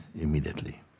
immediately